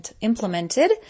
implemented